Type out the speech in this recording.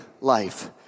life